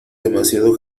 demasiado